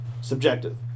subjective